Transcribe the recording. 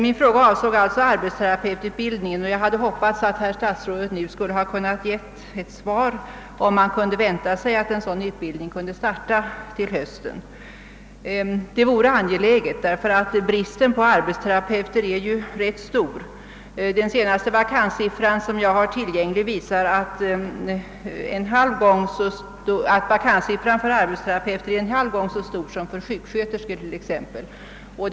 Min fråga avsåg emellertid arbetsterapeututbildningen, och jag hade hoppats att statsrådet nu skulle kunnat ge ett svar på frågan om man kunde vänta sig att sådan utbildning kan starta till hösten. Detta vore angeläget eftersom bristen på arbetsterapeuter är ganska stor — den senaste vakanssiffran som jag har tillgänglig visar att den är en halv gång så stor som för t.ex. sjuksköterskor.